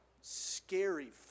scary